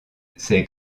ces